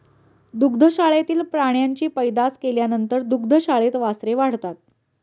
दुग्धशाळेतील प्राण्यांची पैदास केल्यानंतर दुग्धशाळेत वासरे वाढतात